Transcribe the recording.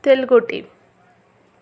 Telgote